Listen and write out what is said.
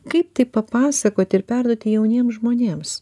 kaip tai papasakoti ir perduoti jauniem žmonėms